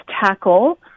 tackle